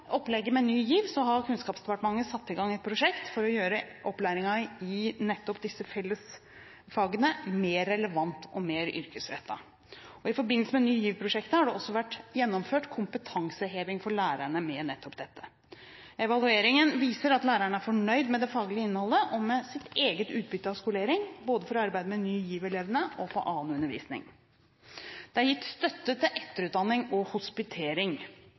opplegget med Ny GIV har Kunnskapsdepartementet satt i gang et prosjekt for å gjøre opplæringen i nettopp disse fellesfagene mer relevant og mer yrkesrettet. I forbindelse med Ny GIV-prosjektet har det også vært gjennomført kompetanseheving for lærerne med nettopp dette. Evalueringen viser at lærerne er fornøyd med det faglige innholdet og med sitt eget utbytte av skoleringen – det gjelder både arbeidet med Ny GIV-elevene og annen undervisning. Det er gitt støtte til etterutdanning og hospitering.